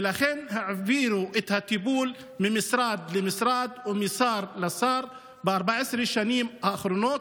ולכן העבירו את הטיפול ממשרד למשרד ומשר לשר ב-14 השנים האחרונות,